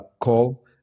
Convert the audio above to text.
call